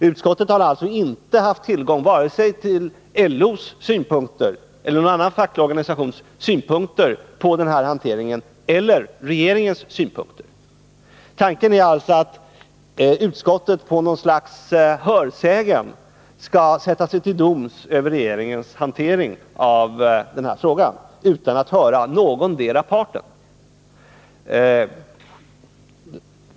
Utskottet har alltså inte haft tillgång till vare sig LO:s synpunkter eller någon annan facklig organisations synpunkter på denna handläggning eller regeringens synpunkter. Tanken är alltså att utskottet genom något slags hörsägen skall sätta sig till doms över regeringens handläggning av denna fråga utan att höra någondera parten.